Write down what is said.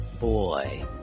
boy